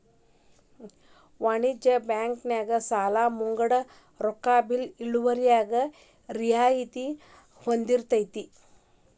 ವಾಣಿಜ್ಯ ಬ್ಯಾಂಕ್ ನ್ಯಾಗ ಸಾಲಾ ಮುಂಗಡ ರೊಕ್ಕಾ ಬಿಲ್ಲು ಇವ್ಗಳ್ಮ್ಯಾಲೆ ರಿಯಾಯ್ತಿ ಹೊಂದಿರ್ತೆತಿ